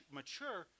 mature